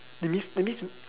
that means that means you